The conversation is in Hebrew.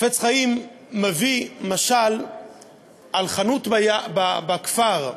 החפץ-חיים מביא משל על חנות בכפר,